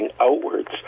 outwards